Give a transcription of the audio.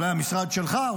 אולי המשרד שלך,